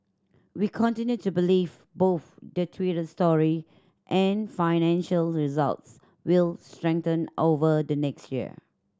we continue to believe both the Twitter story and financial results will strengthen over the next year